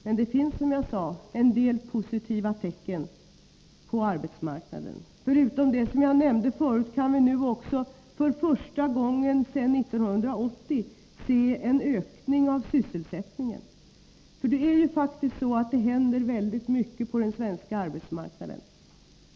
Det finns, som jag sade, en del positiva tecken på arbetsmarknaden. Förutom det som jag nämnde förut kan vi nu också för första gången sedan 1980 se en ökning av sysselsättningen. Det händer faktiskt väldigt mycket på den svenska arbetsmarknaden.